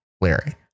Larry